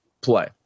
play